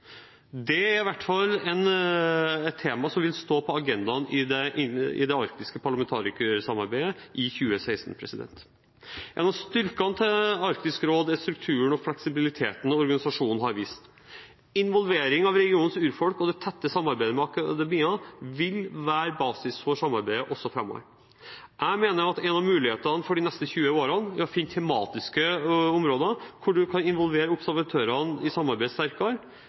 Det er i hvert fall et tema som vil stå på agendaen i det arktiske parlamentarikersamarbeidet i 2016. En av styrkene til Arktisk råd er strukturen og fleksibiliteten organisasjonen har vist. Involvering av regionens urfolk og det tette samarbeidet med akademia vil være basis for samarbeidet også framover. Jeg mener en av mulighetene for de neste 20 årene er å finne tematiske områder hvor man kan involvere observatørene i samarbeidet sterkere,